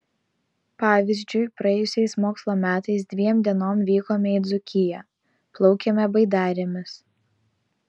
pavyzdžiui praėjusiais mokslo metais dviem dienom vykome į dzūkiją plaukėme baidarėmis